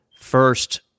first